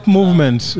Movement